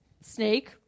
Snake